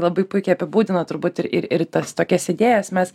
labai puikiai apibūdina turbūt ir ir tas tokias idėjas mes